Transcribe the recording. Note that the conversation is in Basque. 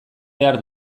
behar